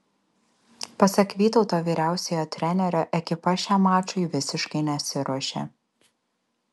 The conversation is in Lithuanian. pasak vytauto vyriausiojo trenerio ekipa šiam mačui visiškai nesiruošė